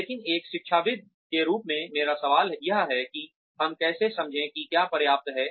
लेकिन एक शिक्षाविद के रूप में मेरा सवाल यह है कि हम कैसे समझें कि क्या पर्याप्त है